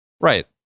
Right